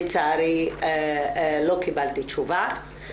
לצערי לא קיבלתי תשובה.